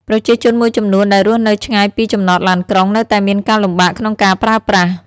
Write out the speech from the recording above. ប្រជាជនមួយចំនួនដែលរស់នៅឆ្ងាយពីចំណតឡានក្រុងនៅតែមានការលំបាកក្នុងការប្រើប្រាស់។